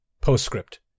Postscript